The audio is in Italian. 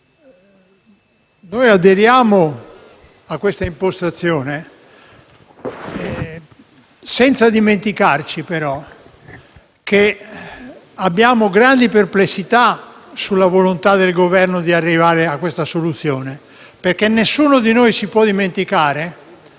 aderiamo a questa impostazione senza dimenticare, però, che abbiamo grandi perplessità sulla volontà del Governo di arrivare a una soluzione. Nessuno di noi può dimenticare